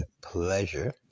pleasure